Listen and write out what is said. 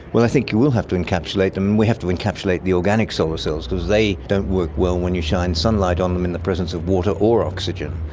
well, i think you will have to encapsulate them, we have to encapsulate the organic solar cells because they don't work well when you shine sunlight on them in the presence of water or oxygen.